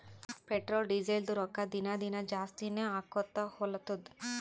petrol, ಡೀಸೆಲ್ದು ರೊಕ್ಕಾ ದಿನಾ ದಿನಾ ಜಾಸ್ತಿನೇ ಆಕೊತ್ತು ಹೊಲತ್ತುದ್